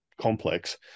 complex